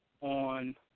on